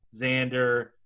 Xander